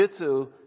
jujitsu